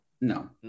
No